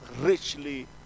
richly